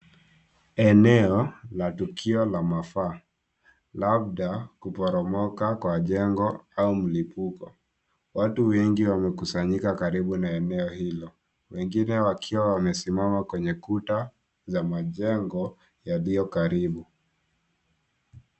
Eneo la tukio la mafaa. Labda kuporomoka kwa jengo au mlipuko. Watu wengi wamekusanyika karibu na eneo hilo wengine wakiwa wamesimama kwenye kuta za majengo yaliyo karibu.